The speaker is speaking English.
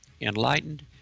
Enlightened